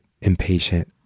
impatient